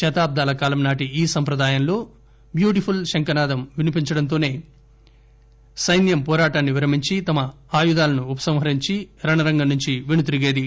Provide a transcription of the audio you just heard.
శతాబ్దాల కాలం నాటి ఈ సంప్రదాయంలో బ్యూటిపుల్ శంఖనాదం వినిపించడంతోసే సైన్యం వోరాటాన్ని విరమించి తమ ఆయుధాలను ఉపసంహరించి రణరంగం నుంచి వెనుతిరిగేది